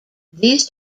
these